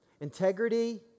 Integrity